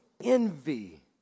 envy